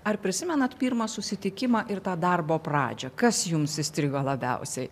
ar prisimenat pirmą susitikimą ir tą darbo pradžią kas jums įstrigo labiausiai